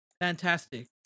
fantastic